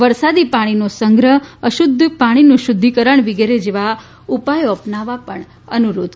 વરસાદીનાં પાણીનો સંગ્રહ અશુધ્ધ પાણીનું શુધ્ધિકરણ વગેરે જેવા ઉપાયો અપનાવવા અનુરોધ કર્યો